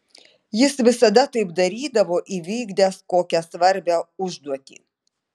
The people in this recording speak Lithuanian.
jis visada taip darydavo įvykdęs kokią svarbią užduotį